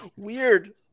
Weird